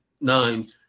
nine